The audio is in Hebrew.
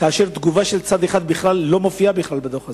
כאשר תגובה של צד אחד בכלל לא מופיעה בדוח הזה?